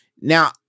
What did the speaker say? Now